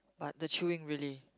but the chewing really